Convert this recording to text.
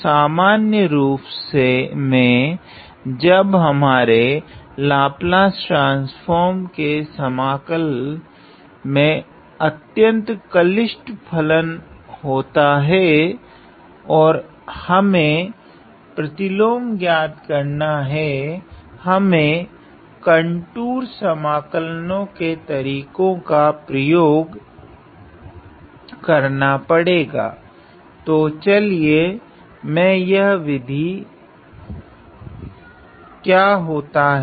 तो सामान्यरूप मे जब हमारे लाप्लस ट्रान्स्फ़ोर्म के समाकल मे अत्यंत कलिष्ठ फलन होता हैं और हमे प्रतिलोम ज्ञात करना हैं मुझे कंटूर समकलनों के तरीको का प्रगोग करना पड़ेगा